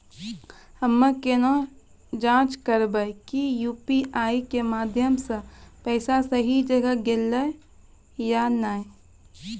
हम्मय केना जाँच करबै की यु.पी.आई के माध्यम से पैसा सही जगह गेलै की नैय?